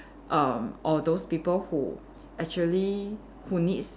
erm all those people who actually who needs